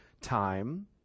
time